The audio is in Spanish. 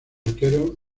arquero